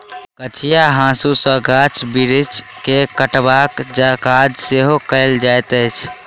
कचिया हाँसू सॅ गाछ बिरिछ के छँटबाक काज सेहो कयल जाइत अछि